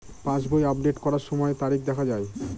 পাসবই update করার সময়ে তারিখ দেখা য়ায়?